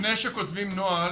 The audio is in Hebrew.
לפני שכותבים נוהל,